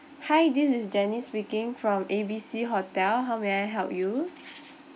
hi this is janice speaking from A B C hotel how may I help you